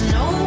no